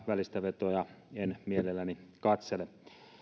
välistävetoja en mielelläni katsele